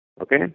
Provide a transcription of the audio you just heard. okay